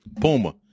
Puma